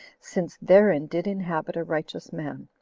since therein did inhabit a righteous man.